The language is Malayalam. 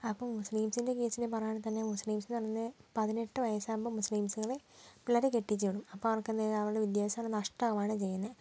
അപ്പം മുസ്ലിംസിൻ്റെ കേസിൽ പറയുകയാണെങ്കിൽ തന്നെ മുസ്ലിംസിന് അന്ന് പതിനെട്ട് വയസ്സാകുമ്പോൾ മുസ്ലിംസ്കളെ പിള്ളേരെ കെട്ടിച്ച് വിടും അപ്പം അവർക്ക് അന്നേരം അവരുടെ വിദ്യാഭ്യാസം എല്ലാം നഷ്ടമാകുകയാണ് ചെയ്യുന്നത്